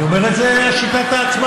מה אתה עושה, אני אומר את זה על שיטת ההצמדה.